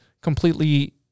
completely